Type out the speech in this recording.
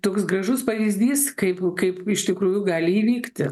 toks gražus pavyzdys kaip kaip iš tikrųjų gali įvykti